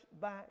back